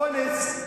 אונס,